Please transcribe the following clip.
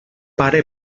pare